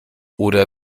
oder